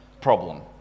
problem